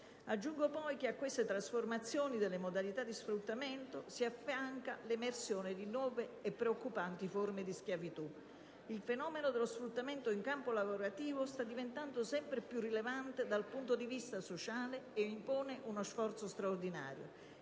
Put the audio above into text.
Aggiungo poi che a queste trasformazioni della modalità di sfruttamento si affianca l'emersione di nuove e preoccupanti forme di schiavitù. II fenomeno dello sfruttamento in campo lavorativo sta diventando sempre più rilevante dal punto di vista sociale ed impone uno sforzo straordinario.